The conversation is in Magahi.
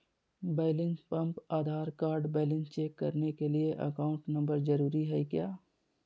Balance pump Aadhaar card balance check करने के लिए अकाउंट नंबर जरूरी है क्या?